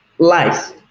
Life